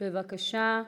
בבקשה,